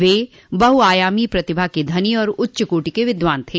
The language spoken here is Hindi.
वे बहुआयामी प्रतिभा के धनी और उच्चकोटि के विद्वान थे